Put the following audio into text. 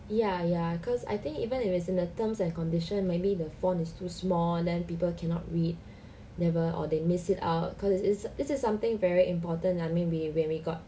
ya ya cause I think even if it was in the terms and condition maybe the font is too small then people cannot read never or they miss it out cause it's it's this is something very important I mean we when we got